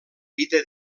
vida